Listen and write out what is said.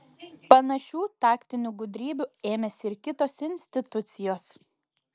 panašių taktinių gudrybių ėmėsi ir kitos institucijos